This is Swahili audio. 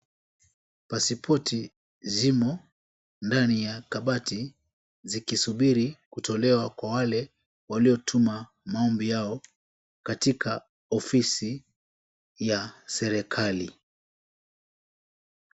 Pasipoti zimo ndani ya kabati zikisubiri kutolewa kwa wale waliotuma maombi yao katika ofisi ya serikali.